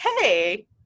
hey